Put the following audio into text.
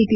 T